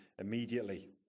immediately